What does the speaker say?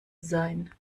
sein